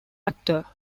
actor